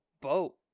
boat